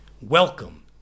Welcome